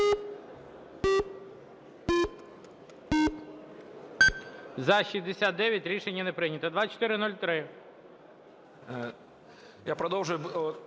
За-69 Рішення не прийнято. 2403.